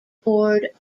board